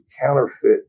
counterfeit